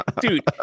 dude